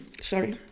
Sorry